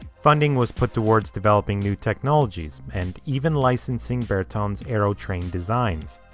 funding was put towards developing new technologies and even licensing bertin's aerotrain designs.